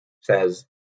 says